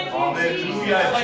Hallelujah